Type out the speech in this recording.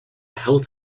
health